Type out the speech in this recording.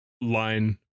line